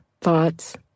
thoughts